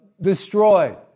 destroyed